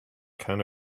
kind